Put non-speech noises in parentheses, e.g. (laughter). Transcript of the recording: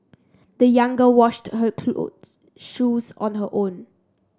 the young girl washed her (unintelligible) shoes on her own